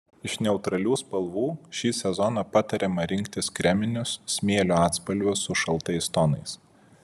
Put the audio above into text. iš neutralių spalvų šį sezoną patariama rinktis kreminius smėlio atspalvius su šaltais tonais